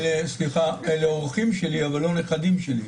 סליחה, אלה אורחים שלי, אבל לא נכדים שלי.